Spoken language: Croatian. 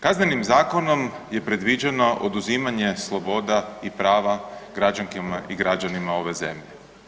Kaznenim zakonom je predviđeno oduzimanje sloboda i prava građankama i građanima ove zemlje.